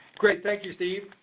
great, thank you, steve.